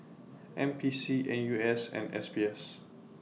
N P C N U S and S B S